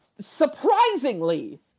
surprisingly